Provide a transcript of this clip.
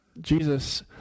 Jesus